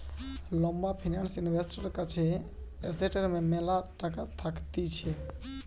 লম্বা ফিন্যান্স ইনভেস্টরের কাছে এসেটের ম্যালা টাকা থাকতিছে